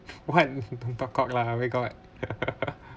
what talk cock lah where got